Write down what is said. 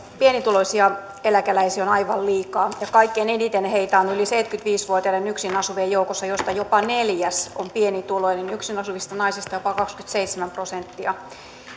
pienituloisia eläkeläisiä on aivan liikaa ja kaikkein eniten heitä on yli seitsemänkymmentäviisi vuotiaiden yksin asuvien joukossa joista jopa joka neljäs on pienituloinen yksin asuvista naisista jopa kaksikymmentäseitsemän prosenttia